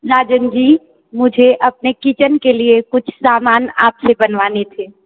राजन जी मुझे अपने किचन के लिए कुछ सामान आप से बनवाने थे